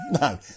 No